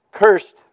cursed